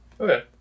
Okay